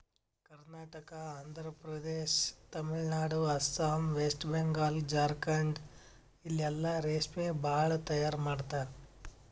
Karnataka, Andhra Pradesh, Tamil Nadu, Assam, West Bengal, Jharkhand ಇಲ್ಲೆಲ್ಲಾ ರೇಶ್ಮಿ ಭಾಳ್ ತೈಯಾರ್ ಮಾಡ್ತರ್